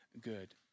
good